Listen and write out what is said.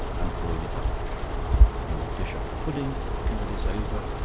and boil it up when you dish up the pudding pour this over,